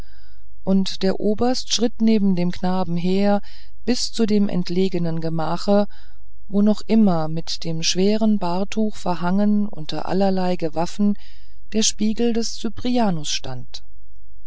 und der oberst schritt neben dem knaben her bis zu dem entlegenen gemache wo noch immer mit dem schweren bahrtuch verhangen unter allerlei gewaffen der spiegel des cyprianus stand